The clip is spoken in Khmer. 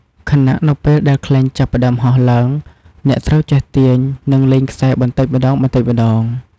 ខណៈនៅពេលដែលខ្លែងចាប់ផ្តើមហោះឡើង អ្នកត្រូវចេះទាញ និងលែងខ្សែបន្តិចម្តងៗ។